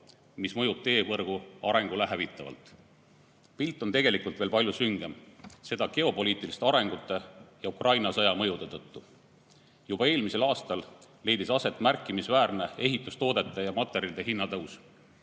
mis mõjub teevõrgu arengule hävitavalt. Pilt on tegelikult veel palju süngem, seda geopoliitiliste arengute ja Ukraina sõja mõjude tõttu. Juba eelmisel aastal leidis aset märkimisväärne ehitustoodete ja ‑materjalide hinna tõus.